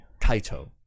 Kaito